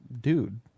dude